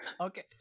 Okay